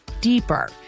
deeper